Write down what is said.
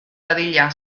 dadila